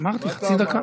אמרתי, חצי דקה.